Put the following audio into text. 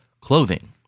clothing